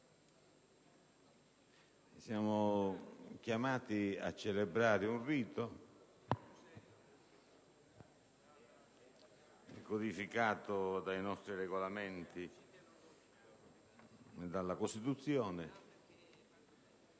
Siamo chiamati a celebrare un rito codificato dai nostri Regolamenti e dalla Costituzione,